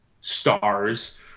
stars